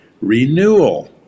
Renewal